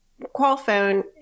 Qualphone